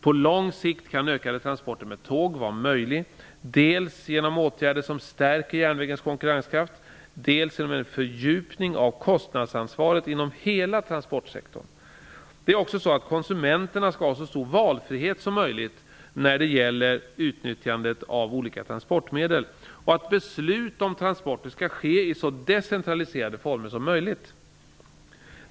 På lång sikt kan ökade transporter med tåg vara möjliga dels genom åtgärder som stärker järnvägens konkurrenskraft, dels genom en fördjupning av kostnadsansvaret inom hela transportsektorn. Det är också så att konsumenterna skall ha så stor valfrihet som möjligt när det gäller utnyttjandet av olika transportmedel och att beslut om transporter skall ske i så decentraliserade former som möjligt.